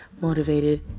motivated